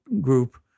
group